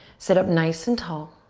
sit up nice and tall.